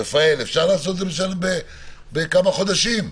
רפאל, אפשר לעשות בכמה חודשים?